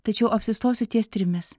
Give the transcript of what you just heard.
tačiau apsistosiu ties trimis